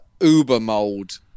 uber-mold